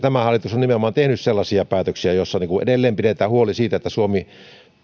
tämä hallitus on nimenomaan tehnyt sellaisia päätöksiä joissa edelleen pidetään huoli siitä että suomi